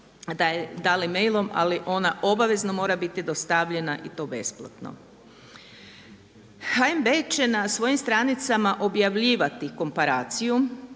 da li mailom, ali ona obavezno mora biti dostavljena i to besplatno. HNB će na svojim stranicama objavljivati komparaciju